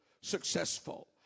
successful